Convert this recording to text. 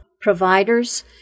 providers